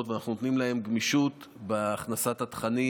ואנחנו נותנים להם גמישות בהכנסת התכנים